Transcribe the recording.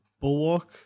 Bulwark